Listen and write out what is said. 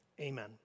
Amen